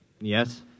Yes